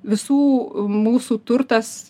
visų mūsų turtas